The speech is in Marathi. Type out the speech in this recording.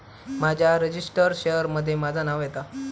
माझ्या रजिस्टर्ड शेयर मध्ये माझा नाव येता